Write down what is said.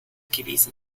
gewesen